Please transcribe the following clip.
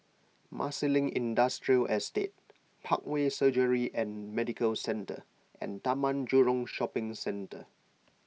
Marsiling Industrial Estate Parkway Surgery and Medical Centre and Taman Jurong Shopping Centre